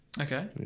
Okay